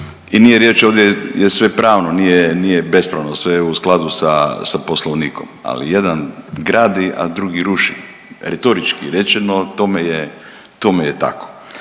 i nije riječ ovdje je sve pravno, nije bespravno sve u skladu sa, sa Poslovnikom, ali jedan gradi, a drugi ruši. Retorički rečeno tome je, tome